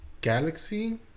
galaxy